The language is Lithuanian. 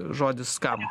žodis kam